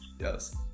Yes